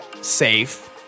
safe